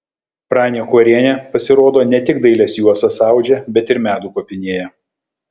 pranė kuorienė pasirodo ne tik dailias juostas audžia bet ir medų kopinėja